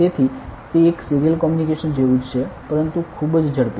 તેથી તે એક સીરીયલ કમ્યુનિકેશન જેવું જ છે પરંતુ ખૂબ જ ઝડપી